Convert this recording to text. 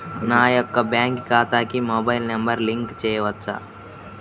నా యొక్క బ్యాంక్ ఖాతాకి మొబైల్ నంబర్ లింక్ చేయవచ్చా?